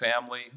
family